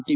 T